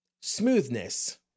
smoothness